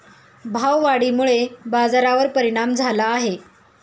भाववाढीमुळे बाजारावर परिणाम झाला आहे